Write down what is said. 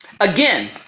Again